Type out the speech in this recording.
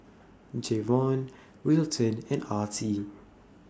Jayvon Wilton and Artie